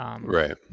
Right